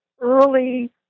early